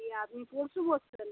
দিয়ে আপনি পরশু বসছেন